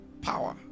Power